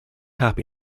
happy